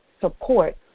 support